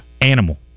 Animal